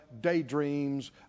daydreams